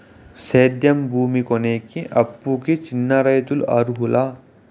సేద్యం భూమి కొనేకి, అప్పుకి చిన్న రైతులు అర్హులా?